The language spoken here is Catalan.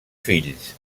fills